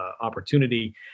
opportunity